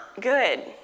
good